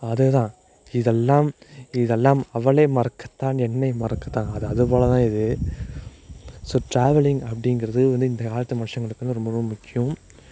அதுதான் இதெல்லாம் இதெல்லாம் அவளை மறக்கத்தான் என்னை மறக்கத்தான் அது போல் தான் இது ஸோ ட்ராவலிங் அப்படிங்கிறது வந்து இந்த காலத்து மனுஷங்களுக்கு வந்து ரொம்ப ரொம்ப முக்கியம்